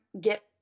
get